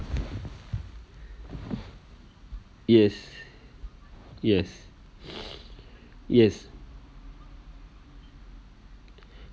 yes yes yes